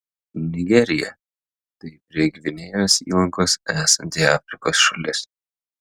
nigerija tai prie gvinėjos įlankos esanti afrikos šalis